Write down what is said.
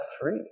free